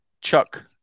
chuck